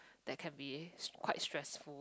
that can be quite stressful